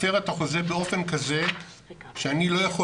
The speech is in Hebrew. הפרה את החוזה באופן כזה שאני לא יכול